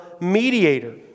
mediator